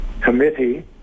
committee